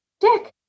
Dick